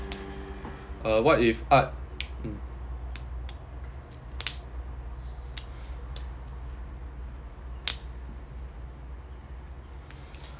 uh what if art mm